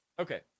Okay